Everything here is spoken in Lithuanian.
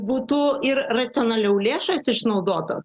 būtų ir racionaliau lėšos išnaudotos